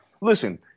listen